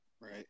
Right